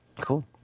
Cool